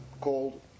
called